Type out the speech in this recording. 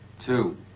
two